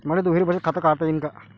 मले दुहेरी बचत खातं काढता येईन का?